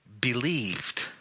believed